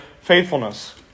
faithfulness